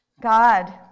God